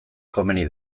komeni